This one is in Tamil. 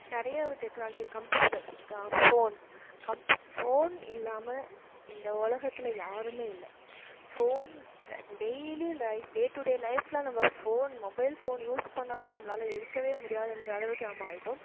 நிறைய டெக்னாலஜி கம்ப்யூட்டர் ஃபோன் கம்ப் ஃபோன் இல்லாமல் இந்த உலகத்தில் யாருமே இல்லை phone daily life day to day லைஃப்பில் நம்ம ஃபோன் மொபைல் ஃபோன் யூஸ் பண்ணாமல் நம்மளாலே இருக்கவே முடியாதுன்ற அளவுக்கு நம்ம ஆகிட்டோம்